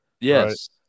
Yes